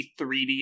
3D